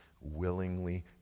willingly